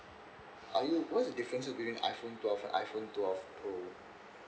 are you what's the difference between iphone twelve and iphone twelve pro